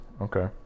Okay